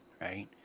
right